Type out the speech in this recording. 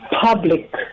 public